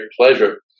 pleasure